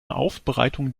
aufbereitung